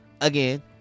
Again